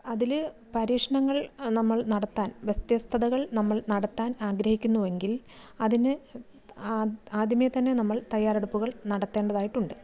അതിൽ പരീക്ഷണങ്ങൾ നമ്മൾ നടത്താൻ വ്യത്യസ്തതകൾ നമ്മൾ നടത്താൻ ആഗ്രഹിക്കുന്നു എങ്കിൽ അതിന് ആദ് ആദ്യമേ തന്നെ നമ്മൾ തയ്യാറെടുപ്പുകൾ നടത്തേണ്ടതായിട്ടുണ്ട്